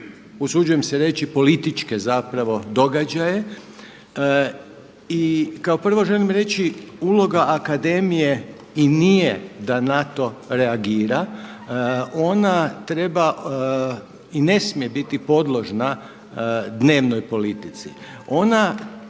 usuđujem se reći političke događaje i kao prvo želim reći uloga akademije i nije da na to reagira, ona treba i ne smije biti podložna dnevnoj politici. Ona